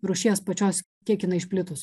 rūšies pačios kiek jinai išplitus